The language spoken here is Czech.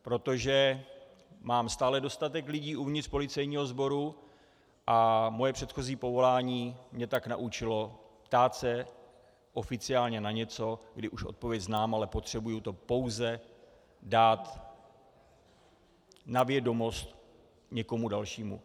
Protože mám stále dostatek lidí uvnitř policejního sboru a moje předchozí povolání mě tak naučilo ptát se oficiálně na něco, kdy už odpověď znám, ale potřebuji to pouze dát na vědomost někomu dalšímu.